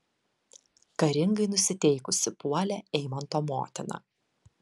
karingai nusiteikusi puolė eimanto motina